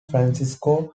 francisco